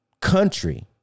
country